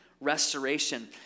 restoration